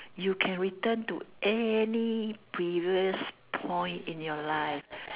you can return to any previous point in your life